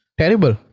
terrible